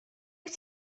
wyt